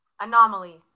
Anomaly